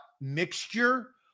mixture